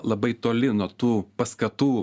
labai toli nuo tų paskatų